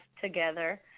together